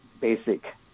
basic